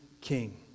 King